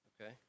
okay